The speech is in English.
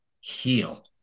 heal